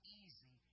easy